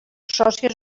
sòcies